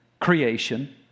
creation